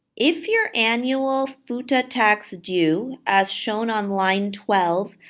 if your annual futa tax due, as shown on line twelve,